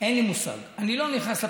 שיעבור לחוץ וביטחון.